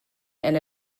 and